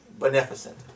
beneficent